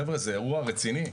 חבר'ה, זה אירוע רציני.